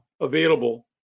available